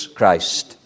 Christ